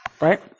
Right